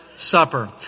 Supper